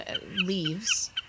leaves